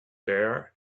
there